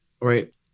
right